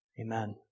amen